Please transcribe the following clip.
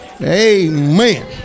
Amen